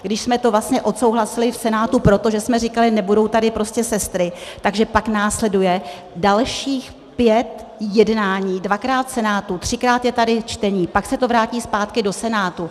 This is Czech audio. Když jsme to vlastně odsouhlasili v Senátu proto, že jsme říkali, nebudou tady prostě sestry, takže pak následuje dalších pět jednání, dvakrát v Senátu, třikrát je tady čtení, pak se to vrátí zpátky do Senátu.